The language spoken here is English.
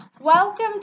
Welcome